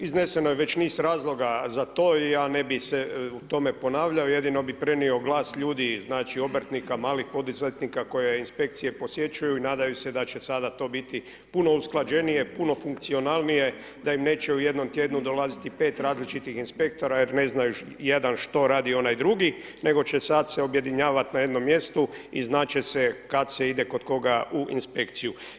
Izneseno je već niz razloga za to i ja ne bi se u tome ponavljao jedino bi prenio glas ljudi, znači obrtnika, malih poduzetnika koje inspekcije posjećuju i nadaju se da će to sada biti puno usklađenije puno funkcionalnije, da im neće u jednom tjednu dolaziti 5 različitih inspektora jer ne znaju jedan što radi onaj drugi, nego će sad se objedinjavat na jednom mjestu i znat će se kad se ide kod koga u inspekciju.